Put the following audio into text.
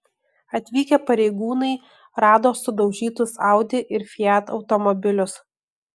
atvykę pareigūnai rado sudaužytus audi ir fiat automobilius